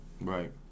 Right